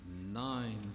nine